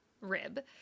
rib